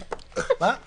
אעדכן